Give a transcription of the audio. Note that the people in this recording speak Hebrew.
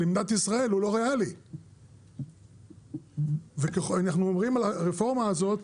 למדינת ישראל הוא לא ריאלי ואנחנו אומרים על הרפורמה הזאת,